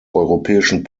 europäischen